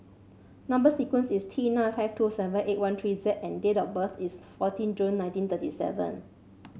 number sequence is T nine five two seven eight one three Z and date of birth is fourteen June nineteen thirty seven